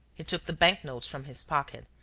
he took the bank-notes from his pocket,